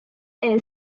and